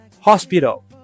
Hospital